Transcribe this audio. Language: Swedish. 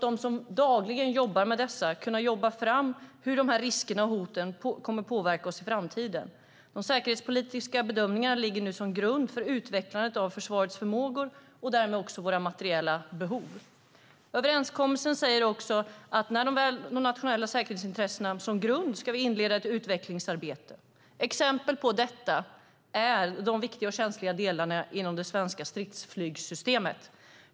De som dagligen jobbar med detta ska kunna jobba fram hur de här riskerna och hoten kommer att påverka oss i framtiden. De säkerhetspolitiska bedömningarna ligger nu som grund för utvecklandet av försvarets förmågor och därmed också våra materiella behov. Överenskommelsen säger också att vi med de nationella säkerhetsintressena som grund ska inleda ett utvecklingsarbete. Exempel på detta gäller de viktiga och känsliga delarna inom det svenska stridsflygssystemet.